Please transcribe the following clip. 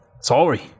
Sorry